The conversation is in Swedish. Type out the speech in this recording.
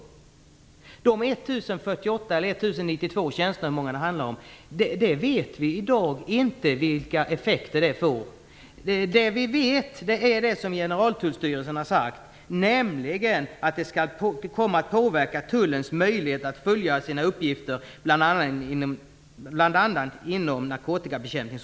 Vi vet i dag inte vilka effekter de 1 048 eller 1 092 tjänster det handlar om får. Vi vet det som Generaltullstyrelsen har sagt, nämligen att det kommer att påverka tullens möjligheter att fullgöra sina uppgifter, bl.a. inom narkotikabekämpningen.